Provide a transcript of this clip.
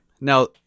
Now